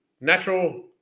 natural